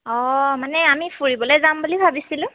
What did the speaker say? অঁ মানে আমি ফুৰিবলে যাম বুলি ভাবিছিলোঁ